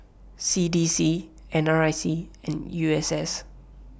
C D C N R I C and U S S